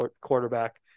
quarterback